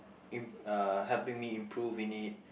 im~ uh helping me improve in it